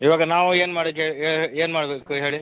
ಇವಾಗ ನಾವು ಏನು ಮಾಡುದು ಏನು ಮಾಡಬೇಕು ಹೇಳಿ